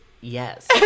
Yes